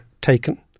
taken